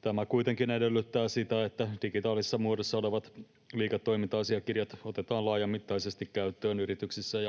Tämä kuitenkin edellyttää sitä, että digitaalisessa muodossa olevat liiketoiminta-asiakirjat otetaan laajamittaisesti käyttöön yrityksissä